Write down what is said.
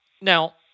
Now